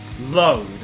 Load